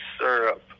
syrup